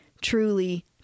truly